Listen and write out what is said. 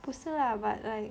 不是 lah but like